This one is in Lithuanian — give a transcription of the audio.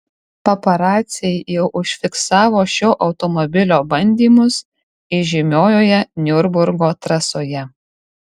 paparaciai jau užfiksavo šio automobilio bandymus įžymiojoje niurburgo trasoje